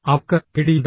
അവർക്ക് പേടിയുണ്ട്